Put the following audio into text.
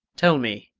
tell me,